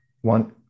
one